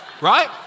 right